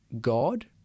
God